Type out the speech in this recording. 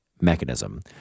mechanism